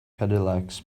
cadillacs